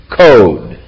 code